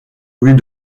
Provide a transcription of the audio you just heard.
louis